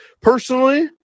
Personally